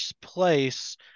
place